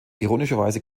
ironischerweise